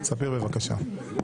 ספיר, בבקשה.